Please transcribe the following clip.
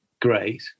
great